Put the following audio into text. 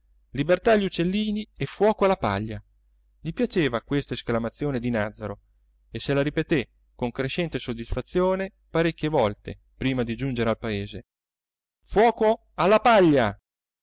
libertà agli uccellini e fuoco alla paglia gli piaceva questa esclamazione di nàzzaro e se la ripeté con crescente soddisfazione parecchie volte prima di giungere al paese fuoco alla paglia